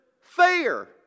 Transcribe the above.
fair